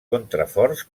contraforts